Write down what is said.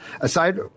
Aside